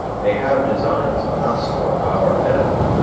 they have designs on us for our benefit,